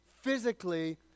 physically